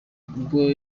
ubwo